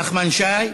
נחמן שי,